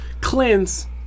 cleanse